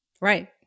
Right